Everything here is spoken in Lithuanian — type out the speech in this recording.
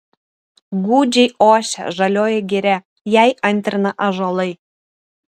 gūdžiai ošia žalioji giria jai antrina ąžuolai